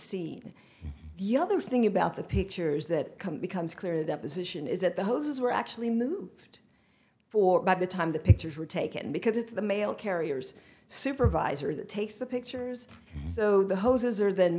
you other thing about the pictures that becomes clear that position is that the hoses were actually moved for by the time the pictures were taken because it's the mail carriers supervisor that takes the pictures so the hoses are then